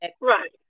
right